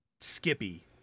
Skippy